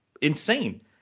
insane